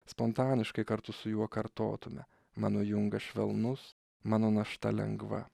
spontaniškai kartu su juo kartotume mano jungas švelnus mano našta lengva